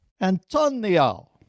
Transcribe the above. Antonio